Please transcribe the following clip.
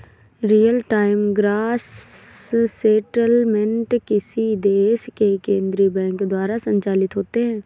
real time gross settlement किसी देश के केन्द्रीय बैंक द्वारा संचालित होते हैं